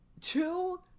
two